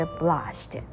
blushed